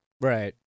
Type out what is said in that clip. right